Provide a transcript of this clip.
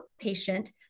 patient